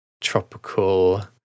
tropical